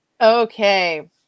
Okay